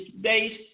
based